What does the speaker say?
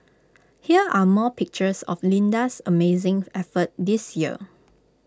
here are more pictures of Linda's amazing effort this year